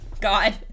God